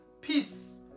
peace